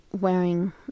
wearing